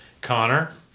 connor